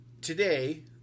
today